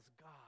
God